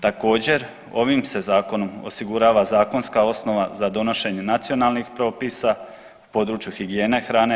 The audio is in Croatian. Također, ovim se zakonom osigurava zakonska osnova za donošenje nacionalnih propisa u području higijene hrane.